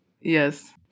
Yes